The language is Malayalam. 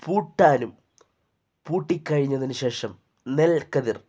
പൂട്ടാനും പൂട്ടിക്കഴിഞ്ഞതിനു ശേഷം നെൽക്കതിർ